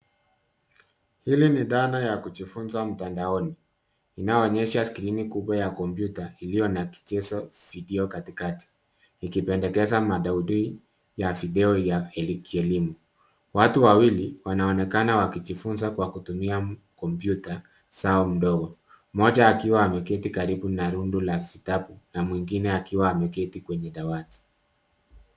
Hili ni dhana ya kujifunza mtandaoni inayoonesha skrini kubwa ya kompyuta iliyo na kichezo video katikati, ikipendekeza mada udhui ya video ya kielemu. Watu wawili wanaonekana wakijifunza kwa kutumia kompyuta zao ndogo, mmoja akiwa ameketi karibu na rundo la vitabu na mwingine akiwa ameketi kwenye dawati.